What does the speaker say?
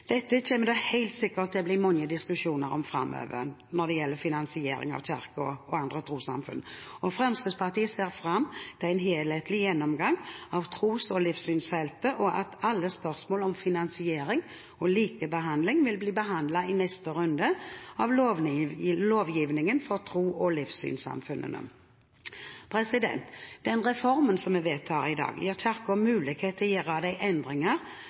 helt sikkert til å bli mange diskusjoner om framover. Fremskrittspartiet ser fram til en helhetlig gjennomgang av tros- og livssynsfeltet, og at alle spørsmål om finansiering og likebehandling vil bli behandlet i neste runde av lovgivningen for tros- og livssynssamfunnene. Den reformen som vi vedtar i dag, gir Kirken mulighet til å gjøre de endringer